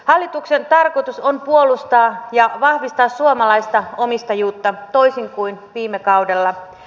hallituksen tarkoitus on puolustaa ja vahvistaa suomalaista omistajuutta toisin kuin viime kaudella